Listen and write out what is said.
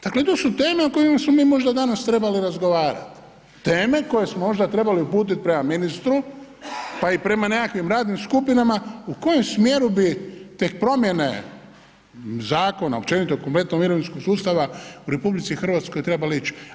Dakle, to su teme o kojima smo mi možda danas trebali razgovarati, teme koje smo možda trebali uputiti prema ministru, pa i prema nekakvim radnim skupinama u kojem smjeru bi te promjene zakona općenito kompletnog mirovinskog sustava u RH trebale ići.